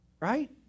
Right